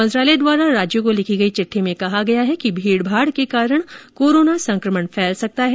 मंत्रालय द्वारा रोज्यों को लिखी गई चिट्ठी में कहा गया है भीड भाड़ के कारण कोराना संक्रमण फैल सकता है